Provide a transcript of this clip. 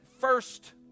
first